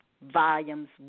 Volumes